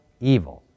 evil